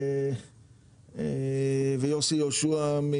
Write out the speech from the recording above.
ויוסי יהושע.